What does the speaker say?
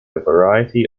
variety